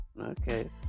okay